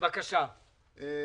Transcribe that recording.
קודם כול,